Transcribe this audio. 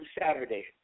Saturday